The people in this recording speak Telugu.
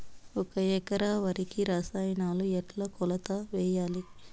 ఒక ఎకరా వరికి రసాయనాలు ఎట్లా కొలత వేయాలి?